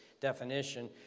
definition